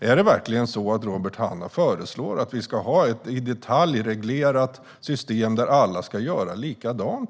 Föreslår verkligen Robert Hannah att vi ska ha ett i detalj reglerat system där alla ska göra likadant?